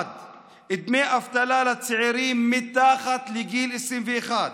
1. דמי אבטלה לצעירים מתחת לגיל 21,